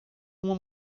uma